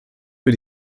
für